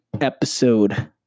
episode